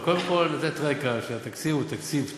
לא, קודם כול לתת רקע, שהתקציב הוא תקציב טוב,